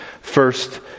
first